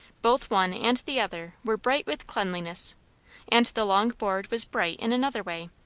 both one and the other were bright with cleanliness and the long board was bright in another way.